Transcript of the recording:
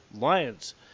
Lions